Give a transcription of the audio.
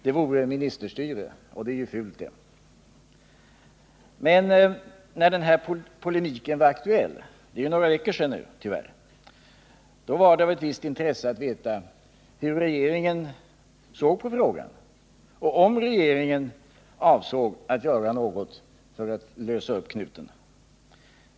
Det skulle innebära ministerstyre, och det är ju fult det. Men när den här polemiken för några veckor sedan var aktuell var det av ett visst intresse att veta hur regeringen såg på frågan och om regeringen avsåg att göra något för att lösa upp knutarna.